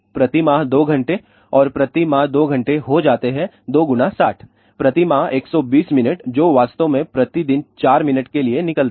प्रति माह 2 घंटे और प्रति माह 2 घंटे हो जाते हैं 2 गुणा 60 प्रति माह 120 मिनट जो वास्तव में प्रति दिन 4 मिनट के लिए निकलता है